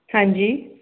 ਹਾਂਜੀ